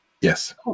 Yes